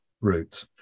route